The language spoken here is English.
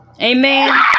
Amen